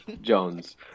Jones